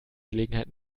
gelegenheit